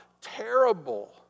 terrible